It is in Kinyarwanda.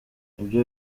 nibyo